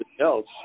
else